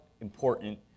important